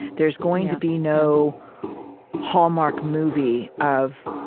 there's going to be no hallmark movie of